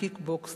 קיקבוקס,